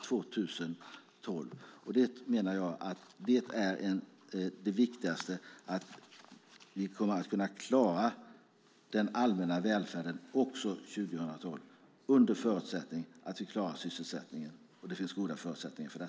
Jag menar att det är det viktigaste, att vi kommer att kunna klara den allmänna välfärden också 2012, under förutsättning att vi klarar sysselsättningen, och det finns goda förutsättningar för det.